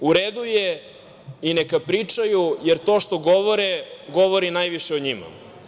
U redu je i naka pričaju, jer to što govore govori najviše o njima.